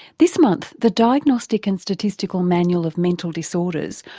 this month the diagnostic and statistical manual of mental disorders,